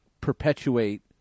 perpetuate